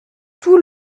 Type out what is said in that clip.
tout